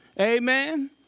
Amen